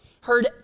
heard